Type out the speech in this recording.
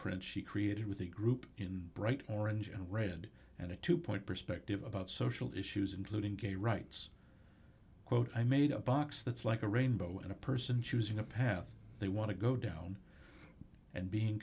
print she created with the group in bright orange and red and a two point perspective about social issues including gay rights quote i made a box that's like a rainbow and a person choosing a path they want to go down and being